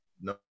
No